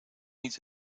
niet